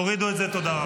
אתה מוכר את הלוחמים,